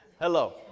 Hello